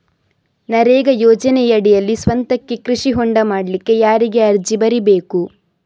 ನರೇಗಾ ಯೋಜನೆಯಡಿಯಲ್ಲಿ ಸ್ವಂತಕ್ಕೆ ಕೃಷಿ ಹೊಂಡ ಮಾಡ್ಲಿಕ್ಕೆ ಯಾರಿಗೆ ಅರ್ಜಿ ಬರಿಬೇಕು?